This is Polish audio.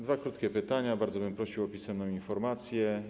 Dwa krótkie pytania, bardzo bym prosił o pisemną informację.